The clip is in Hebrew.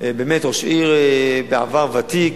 באמת ראש עיר בעבר, ותיק,